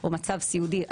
או מצב סיעודי,